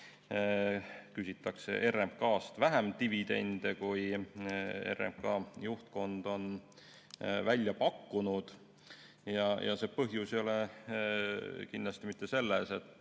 küsitakse RMK‑st vähem dividende, kui RMK juhtkond on välja pakkunud. Põhjus ei ole kindlasti mitte selles, et